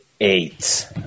eight